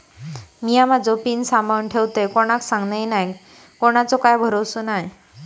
मिया माझो पिन सांभाळुन ठेवतय कोणाक सांगत नाय कोणाचो काय भरवसो नाय